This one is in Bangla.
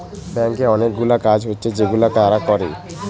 ব্যাংকে অনেকগুলা কাজ হচ্ছে যেগুলা তারা করে